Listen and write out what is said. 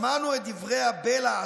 שמענו את דברי הבלע,